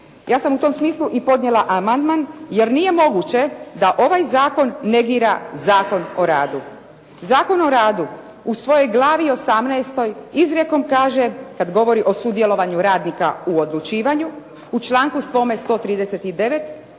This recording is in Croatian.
Ja sam u tom smislu i podnijela amandman jer nije moguće da ovaj zakon negira Zakon o radu. Zakon o radu u svojoj Glavi XVIII izrijekom kaže kada govori o sudjelovanju radnika u odlučivanju u članku svome 139.